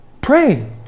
Pray